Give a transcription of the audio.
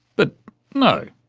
but no.